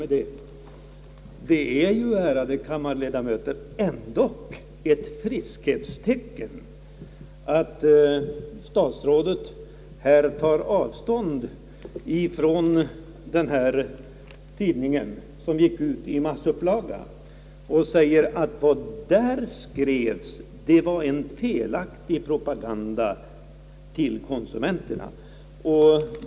Det är ju, ärade kammarledamöter, ändå ett sundhetstecken att statsrådet tar avstånd från den där tidningen som gick ut i massupplaga och säger att vad där skrevs var en felaktig propaganda till konsumenterna.